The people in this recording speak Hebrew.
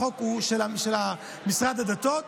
החוק הוא של משרד הדתות,